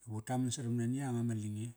dicu taman sarqam na ni yanga ma lange.